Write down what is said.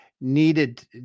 needed